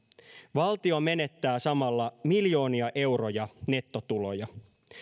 valtio menettää samalla miljoonia euroja nettotuloja